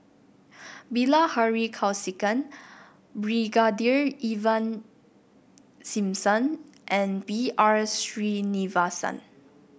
Bilahari Kausikan Brigadier Ivan Simson and B R Sreenivasan